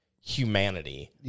humanity